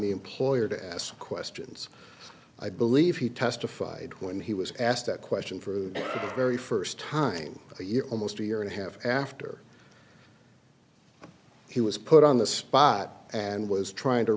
the employer to ask questions i believe he testified when he was asked that question for the very first time a year almost a year and a half after he was put on the spot and was trying to